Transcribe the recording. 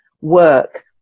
work